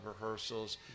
rehearsals